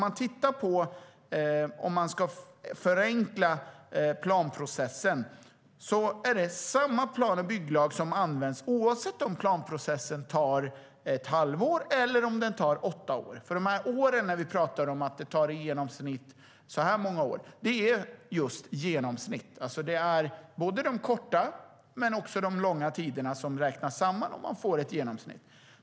Vad gäller att förenkla planprocessen används samma plan och bygglag oavsett om planprocessen tar ett halvår eller åtta år. Vi talar om att det i genomsnitt tar si och så många år, och det är just i genomsnitt. Räknar vi samman de korta och långa tiderna får vi ett genomsnitt.